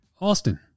Austin